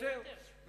עולה יותר.